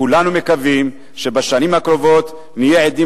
כולנו מקווים שבשנים הקרובות נהיה עדים